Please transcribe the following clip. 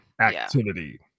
Activity